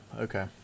Okay